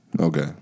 Okay